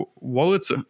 wallets